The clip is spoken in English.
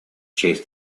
chase